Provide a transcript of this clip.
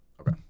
okay